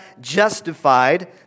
justified